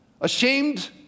Ashamed